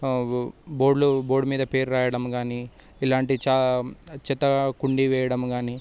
ఆ బోర్డులో బోర్డు మీద పేరు రాయడం కాని ఇలాంటి చ చెత్తకుండి వేయడం కాని